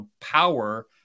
power